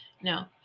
No